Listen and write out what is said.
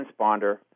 transponder